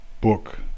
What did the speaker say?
book